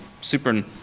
super